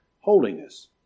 holiness